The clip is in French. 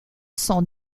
sans